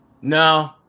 no